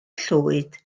llwyd